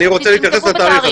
אני רוצה להתייחס לתאריך.